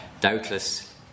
doubtless